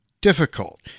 difficult